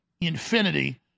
infinity